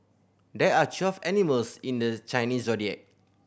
there are twelve animals in the Chinese Zodiac